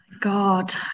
god